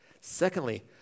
Secondly